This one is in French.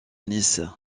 nice